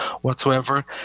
whatsoever